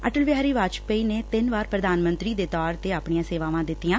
ਅਟਲ ਬਿਹਾਰੀ ਵਾਜਪਾਈ ਨੇ ਡਿੰਨ ਵਾਰ ਪ੍ਰਧਾਨ ਮੰਡਰੀ ਦੇ ਡੌਰ ਤੇ ਆਪਣੀਆਂ ਸੇਵਾਵਾਂ ਦਿੱਤੀਆਂ